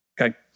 Okay